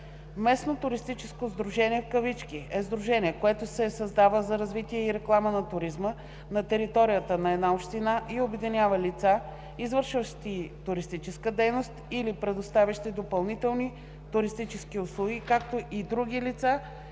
„Местно туристическо сдружение“ е сдружение, което се създава за развитие и реклама на туризма на територията на една община и обединява лица, извършващи туристическа дейност или предоставящи допълнителни туристически услуги, както и други лица